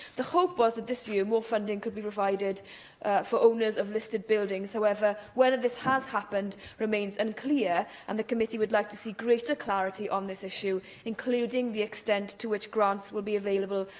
the hope was that, this year, more funding could be provided for owners of listed buildings. however, whether this has happened remains unclear, and the committee would like to see greater clarity on this issue, including the extent to which grants will be available,